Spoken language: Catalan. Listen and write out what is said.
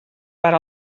per